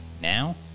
now